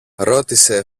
ρώτησε